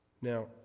Now